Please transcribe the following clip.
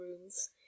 rooms